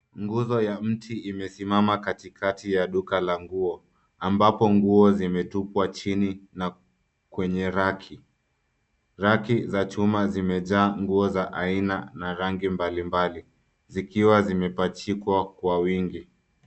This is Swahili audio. Nguzo ya mti imesimama katikati ya duka la nguo, ambapo nguo zimetupwa chini, na kwenye raki, raki za chuma zimejaa nguo za aina na rangi mbalimbali, zikiwa zimepachikwa kwa wingi.